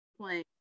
playing